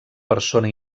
persona